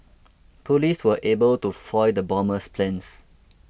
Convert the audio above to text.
police were able to foil the bomber's plans